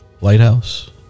Lighthouse